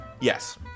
Yes